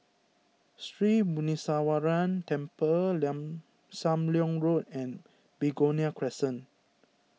Sri Muneeswaran Temple Sam Leong Road and Begonia Crescent